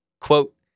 Quote